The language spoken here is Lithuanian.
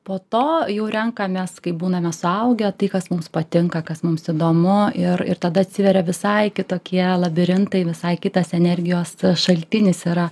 po to jau renkamės kai būname suaugę tai kas mums patinka kas mums įdomu ir ir tada atsiveria visai kitokie labirintai visai kitas energijos šaltinis yra